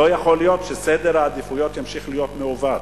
לא יכול להיות שסדר העדיפויות ימשיך להיות מעוות.